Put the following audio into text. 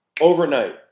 overnight